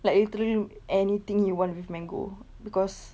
like literally anything you want with mango because